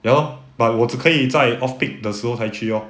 ya lor but 我只可以在 off peak 的时候才去 lor